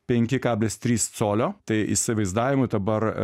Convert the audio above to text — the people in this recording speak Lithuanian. penki kablis trys colio tai įsivaizdavimui dabar